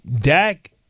Dak